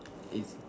it's